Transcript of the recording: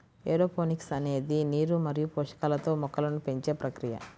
aeroponics అనేది నీరు మరియు పోషకాలతో మొక్కలను పెంచే ప్రక్రియ